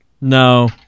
No